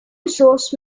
source